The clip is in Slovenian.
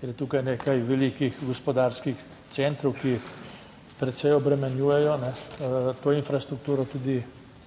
ker je tukaj nekaj velikih gospodarskih centrov, ki precej obremenjujejo to infrastrukturo, tudi